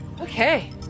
Okay